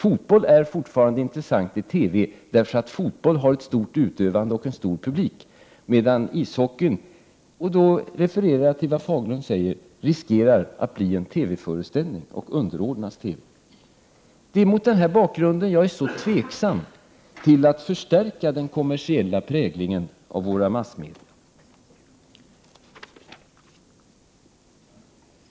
Fotboll är fortfarande intressant i TV, därför att fotboll har ett stort utövande och en stor publik, medan ishockeyn — och då refererar jag till vad Rickard Fagerlund säger — riskerar att bli en TV-föreställning och underordnas TV. Det är mot den bakgrunden jag är så tveksam till att förstärka den kommersiella präglingen av våra massmedia.